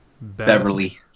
Beverly